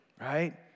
right